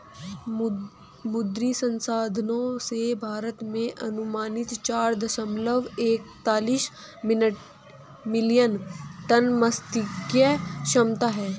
मुद्री संसाधनों से, भारत में अनुमानित चार दशमलव एकतालिश मिलियन टन मात्स्यिकी क्षमता है